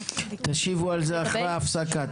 תשיבו על זה אחרי ההפסקה.